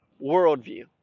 worldview